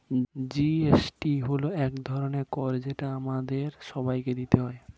GST হল এক ধরনের কর যেটা আমাদের সবাইকে দিতে হয়